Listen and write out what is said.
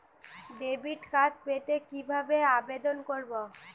Debit card পেতে কিভাবে আবেদন করব?